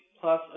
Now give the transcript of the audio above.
plus